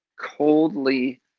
coldly